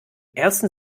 ersten